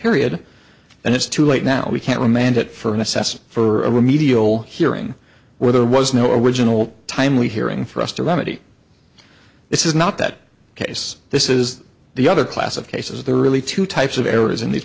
period and it's too late now we can't mandate for an assessment for a remedial hearing where there was no original timely hearing for us to remedy this is not that case this is the other class of cases there are really two types of errors in these